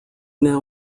now